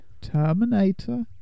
Terminator